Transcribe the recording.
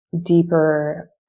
deeper